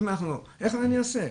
איך אני עושה?